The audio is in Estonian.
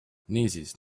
niisiis